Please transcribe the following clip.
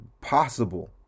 possible